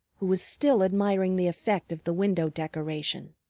who was still admiring the effect of the window-decoration.